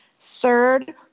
Third